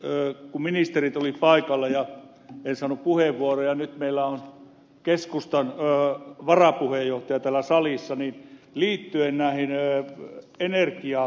kun ministerit olivat paikalla ja en saanut puheenvuoroa ja nyt meillä on keskustan varapuheenjohtaja täällä salissa niin liittyen näihin energiaveroihin